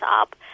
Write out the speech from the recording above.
up